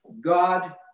God